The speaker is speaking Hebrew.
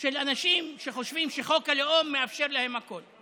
של אנשים שחושבים שחוק הלאום מאפשר להם הכול.